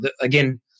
Again